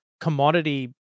commodity